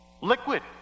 Liquid